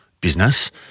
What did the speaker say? business